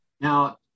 Now